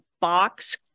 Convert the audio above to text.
box